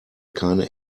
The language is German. keine